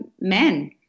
men